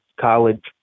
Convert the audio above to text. college